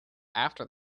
after